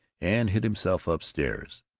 and hid himself up-stairs.